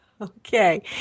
Okay